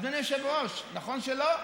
אדוני היושב-ראש, נכון שלא?